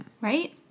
Right